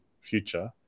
future